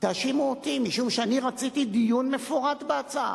תאשימו אותי, משום שאני רציתי דיון מפורט בהצעה.